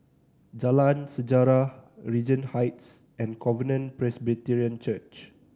Jalan Sejarah Regent Heights and Covenant Presbyterian Church